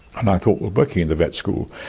and i thought, working in the vet school,